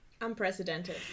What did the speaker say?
Unprecedented